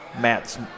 Matt's